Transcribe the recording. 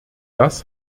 das